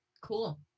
Cool